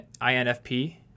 INFP